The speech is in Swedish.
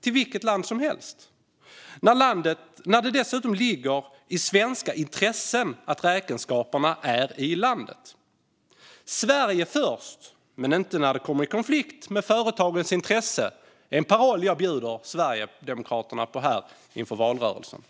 till vilket land som helst, när det dessutom ligger i svenska intressen att räkenskaperna är i Sverige. Sverige först, men inte när det kommer i konflikt med företagens intressen - det är en paroll som jag bjuder Sverigedemokraterna på inför valrörelsen.